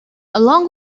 along